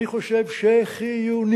אני חושב שחיוני,